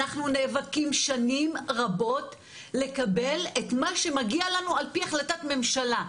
אנחנו נאבקים שנים רבות לקבל את מה שמגיע לנו על פי החלטת ממשלה.